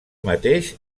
mateix